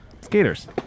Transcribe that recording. Skaters